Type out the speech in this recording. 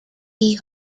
key